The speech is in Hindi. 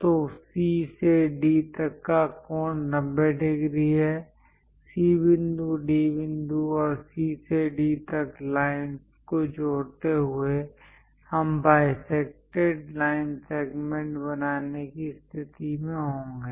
तो C से D तक का कोण 90 डिग्री है C बिंदु D बिंदु और C से D तक लाइनस् को जोड़ते हुए हम बाईसेक्टेड लाइन सेगमेंट बनाने की स्थिति में होंगे